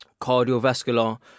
cardiovascular